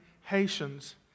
Haitians